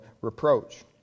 reproach